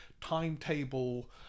timetable